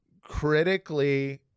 critically